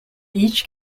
each